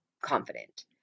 confident